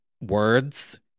words